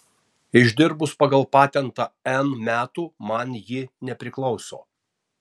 išdirbus pagal patentą n metų man ji nepriklauso